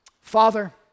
Father